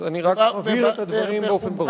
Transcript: אני רק מבהיר את הדברים באופן ברור.